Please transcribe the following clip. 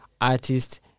artists